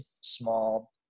small